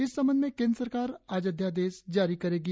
इस सबंध में केंद्र सरकार आज अध्यादेश जारी करेगी